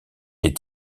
les